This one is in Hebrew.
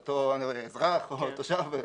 אותו אזרח או תושב,